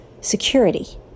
security